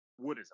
woodism